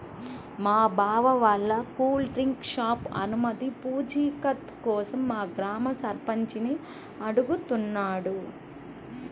మా బావ వాళ్ళ కూల్ డ్రింక్ షాపు అనుమతి పూచీకత్తు కోసం మా గ్రామ సర్పంచిని అడుగుతున్నాడు